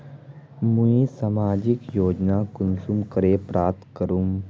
मुई सामाजिक योजना कुंसम करे प्राप्त करूम?